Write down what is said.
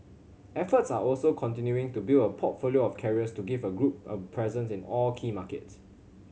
efforts are also continuing to build a portfolio of carriers to give a group of presence in all key markets